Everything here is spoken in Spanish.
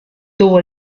tuvo